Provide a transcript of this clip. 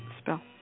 spell